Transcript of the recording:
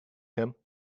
him